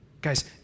Guys